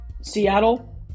Seattle